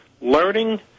learning